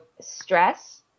stress